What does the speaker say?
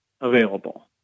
available